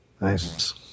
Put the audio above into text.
Nice